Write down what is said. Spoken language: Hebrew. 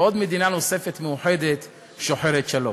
ועוד מדינה נוספת מאוחדת שוחרת שלום.